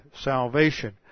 salvation